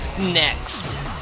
Next